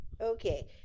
Okay